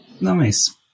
nice